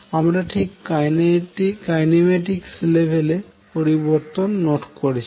আমরা ঠিক কাইনেমেটিক্স লেভেলে পরিবর্তন নোট করেছি